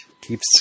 keeps